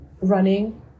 running